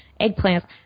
eggplants